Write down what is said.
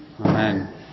Amen